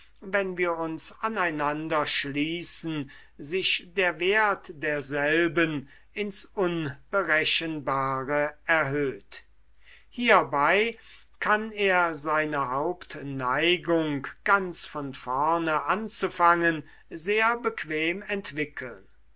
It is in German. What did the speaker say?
wenn wir uns aneinander schließen sich der wert derselben ins unberechenbare erhöht hierbei kann er seine hauptneigung ganz von vorne anzufangen sehr bequem entwickeln